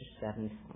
seven